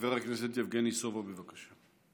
חבר הכנסת יבגני סובה, בבקשה.